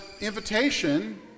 invitation